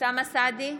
אוסאמה סעדי,